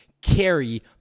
carry